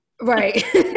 right